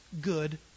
good